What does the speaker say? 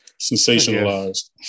sensationalized